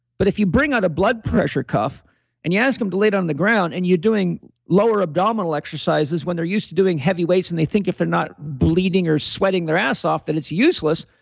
but if you bring on a blood pressure cuff and you ask them to lay down on the ground and you're doing lower abdominal exercises, when they're used to doing heavy weights and they think if they're not bleeding or sweating their ass off, then it's useless,